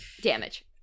damage